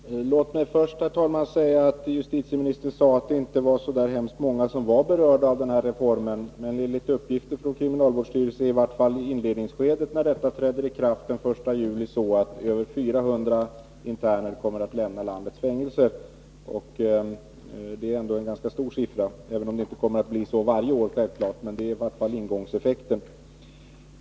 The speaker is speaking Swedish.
Herr talman! Låt mig först kommentera det som justitieministern sade om att inte så många var berörda av reformen. Enligt uppgifter från kriminalvårdsstyrelsen kommer det i vart fall i inledningsskedet att bli så att över 400 interner lämnar landets fängelser, när reformen träder i kraft den 1 juli. Det är ändå en ganska stor siffra. Självfallet kommer det inte varje år att blir så, men detta blir i varje fall ingångseffekten.